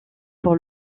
pour